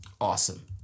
Awesome